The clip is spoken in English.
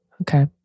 Okay